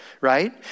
right